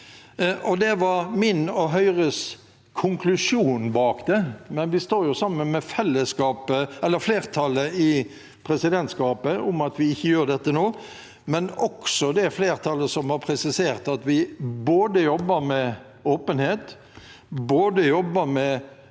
Det var min og Høyres konklusjon. Vi står sammen med flertallet i presidentskapet om at vi ikke gjør dette nå, men også med det flertallet som har presisert at vi jobber både med åpenhet og for å